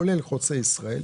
כולל חוצה ישראל,